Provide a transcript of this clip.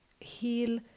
heal